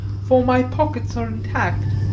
for my pockets are intact.